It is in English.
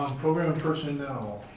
program personnel,